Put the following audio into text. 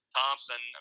Thompson